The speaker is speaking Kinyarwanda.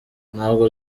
ntabwo